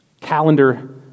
calendar